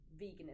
veganism